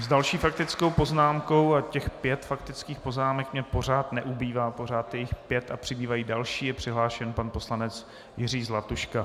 S další faktickou poznámkou a těch pět faktických poznámek mi pořád neubývá, pořád je jich pět a pořád přibývá dalších je přihlášen pan poslanec Jiří Zlatuška.